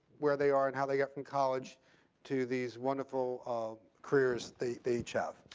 where they are and how they got from college to these wonderful careers they they each have.